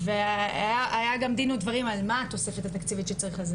היה גם דין ודברים על מה התוספת התקציבית שצריך לזה,